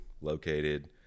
located